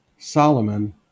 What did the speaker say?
Solomon